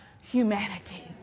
humanity